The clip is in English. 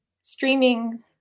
streaming